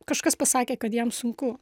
kažkas pasakė kad jam sunku